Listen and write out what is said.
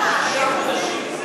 מחכה שישה חודשים.